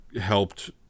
helped